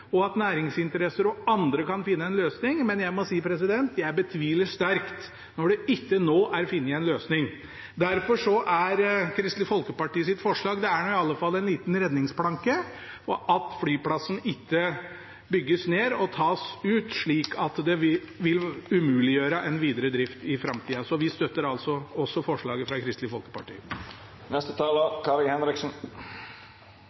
og at næringsinteresser og andre kan finne en løsning, men jeg må si at jeg betviler det sterkt når det til nå ikke er funnet en løsning. Kristelig Folkepartis forslag, om at flyplassen ikke bygges ned og tas ut, slik at det vil umuliggjøre en videre drift i framtida, er i alle fall en liten redningsplanke. Vi støtter altså forslaget fra Kristelig Folkeparti.